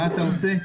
מה אתה עושה?